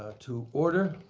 to order.